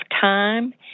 time